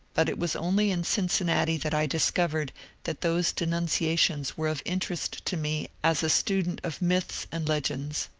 but it was only in cincinnati that i discovered that those denunciations were of interest to me as a student of myths and legends.